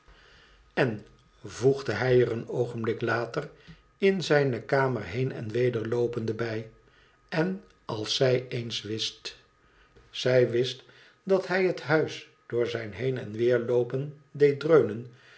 en voegde hij er een oogenblik later in zijne kamer heen en weder loopende bij in als zij eens wist zij wist dat hij het huis door zijn heen en weer loopen deed dreunen